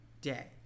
day